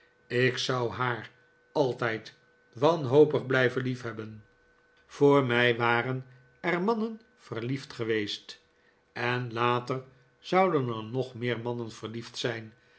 ik zou haar altijd wanhopig blijven liefhebben voor mij waren er mannen verliefd geweest en later zouden er nog meer mannen verliefd zijn